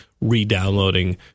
re-downloading